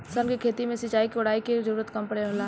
सन के खेती में सिंचाई, कोड़ाई के जरूरत कम होला